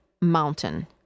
mountain